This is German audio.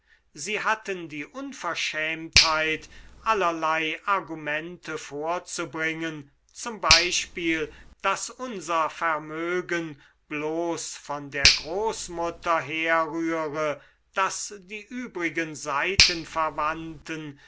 sie hatten die unverschämtheit allerlei argumente vorzubringen z b daß unser vermögen bloß von der großmutter herrühre daß die übrigen seitenverwandten